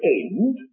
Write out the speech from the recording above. end